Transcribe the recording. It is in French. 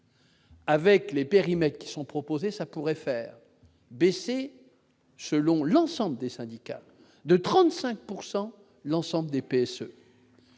Avec les périmètres sont proposés, ça pourrait faire baisser selon l'ensemble des syndicats de 35 pourcent l'ensemble des